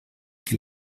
que